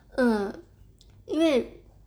mm 因为